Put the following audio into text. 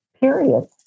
period